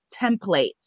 templates